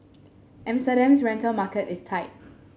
Amsterdam's rental market is tight